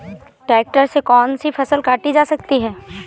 Tractor से कौन सी फसल काटी जा सकती हैं?